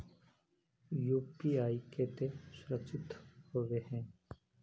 UPI केते सुरक्षित होबे है?